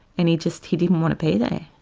and he just, he didn't want to be there.